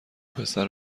پسر